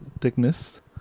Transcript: thickness